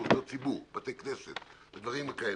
מוסדות ציבור בתי כנסת ודברים כאלה.